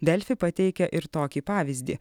delfi pateikia ir tokį pavyzdį